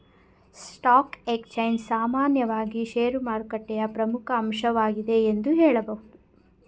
stock exchange ಸಾಮಾನ್ಯವಾಗಿ ಶೇರುಮಾರುಕಟ್ಟೆಯ ಪ್ರಮುಖ ಅಂಶವಾಗಿದೆ ಎಂದು ಹೇಳಬಹುದು